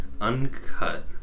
uncut